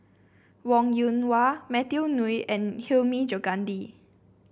Wong Yoon Wah Matthew Ngui and Hilmi Johandi